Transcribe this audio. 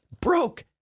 Broke